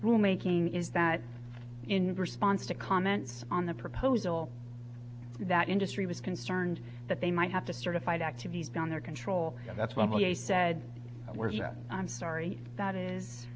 rule making is that in response to comments on the proposal that industry was concerned that they might have to certified activities down their control that's lovely a said i'm sorry that is